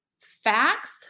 facts